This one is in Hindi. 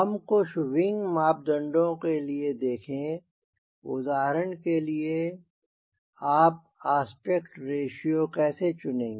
हम कुछ विंग मापदंडों के लिए देखें उदाहरण के लिए आप आस्पेक्ट रेश्यो कैसे चुनेंगे